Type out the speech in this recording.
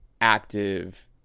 active